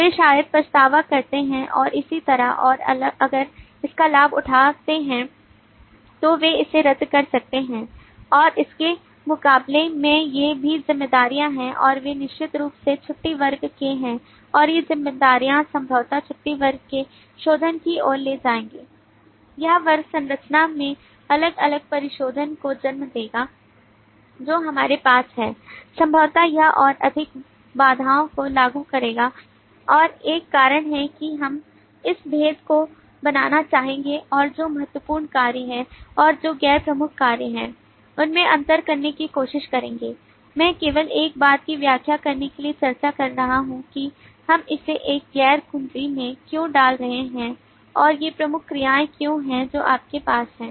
वे शायद पछतावा करते हैं और इसी तरह और अगर इसका लाभ उठाते हैं तो वे इसे रद्द कर सकते हैं और इसके मुकाबले में ये भी जिम्मेदारियां हैं और वे निश्चित रूप से छुट्टी वर्ग के हैं और ये जिम्मेदारियां संभवतः छुट्टी वर्ग के शोधन की ओर ले जाएंगी यह वर्ग संरचना में अलग अलग परिशोधन को जन्म देगा जो हमारे पास है संभवतः यह और अधिक बाधाओं को लागू करेगा और एक कारण है कि हम इस भेद को बनाना चाहेंगे और जो महत्वपूर्ण कार्य हैं और जो गैर प्रमुख कार्य हैं उनमें अंतर करने की कोशिश करेंगे मैं केवल इस बात की व्याख्या करने के लिए चर्चा कर रहा हूं कि हम इसे एक गैर कुंजी में क्यों डाल रहे हैं और ये प्रमुख क्रियाएं क्यों हैं जो आपके पास हैं